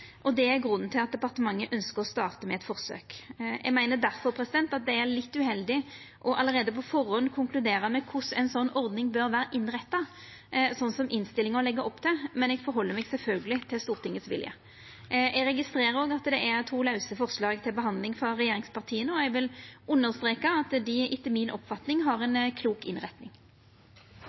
Det er grunnen til at departementet ønskjer å starta med eit forsøk. Eg meiner difor at det er litt uheldig allereie på førehand å konkludera med korleis ei sånn ordning bør vera innretta, slik som innstillinga legg opp til, men eg forheld meg sjølvsagt til Stortingets vilje. Eg registrerer òg at det er to lause forslag til behandling frå regjeringspartia, og eg vil understreka at dei etter mi oppfatning har ei klok